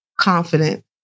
confident